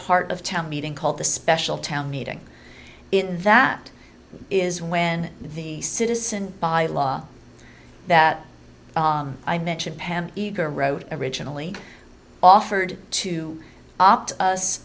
part of town meeting called the special town meeting in that is when the citizen by law that i mentioned pam eager wrote originally offered to opt